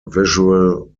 visual